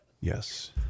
Yes